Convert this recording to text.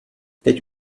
teď